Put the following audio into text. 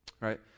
right